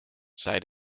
zei